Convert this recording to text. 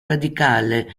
radicale